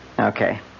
Okay